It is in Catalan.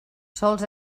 sols